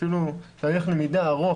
תהליך למידה ארוך